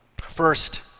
First